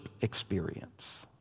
experience